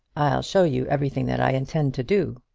i'll show you everything that i intend to do.